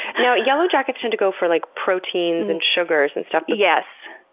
now, yellow jackets tend to go for like proteins and sugars and stuff. yes.